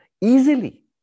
easily